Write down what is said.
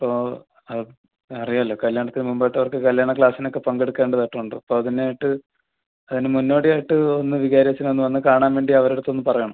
അപ്പോൾ ആ അറിയാല്ലോ കല്ല്യാണത്തിന് മുമ്പായിട്ടവർക്ക് കല്ല്യാണ ക്ലാസിനൊക്കെ പങ്കെടുക്കേണ്ടതായിട്ടുണ്ട് അപ്പതിനായിട്ട് അതിന് മുന്നോടിയായിട്ട് ഒന്ന് വികാരി അച്ഛനെ ഒന്ന് വന്ന് കാണാൻ വേണ്ടി അവരടുത്തൊന്ന് പറയണം